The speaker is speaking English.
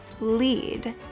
lead